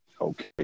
Okay